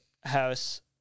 house